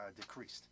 decreased